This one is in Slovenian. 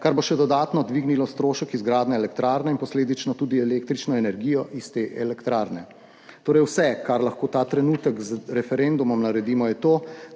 kar bo še dodatno dvignilo strošek izgradnje elektrarne in posledično tudi električno energijo iz te elektrarne. Torej vse, kar lahko ta trenutek z referendumom naredimo, je to,